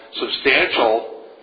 substantial